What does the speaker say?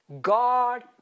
God